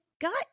gut